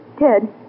Ted